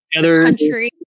country